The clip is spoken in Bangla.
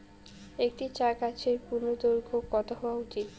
একটি চা গাছের পূর্ণদৈর্ঘ্য কত হওয়া উচিৎ?